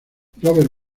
robert